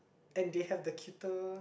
and they have the cuter